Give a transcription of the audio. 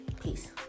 Peace